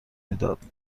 میداد